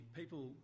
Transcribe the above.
people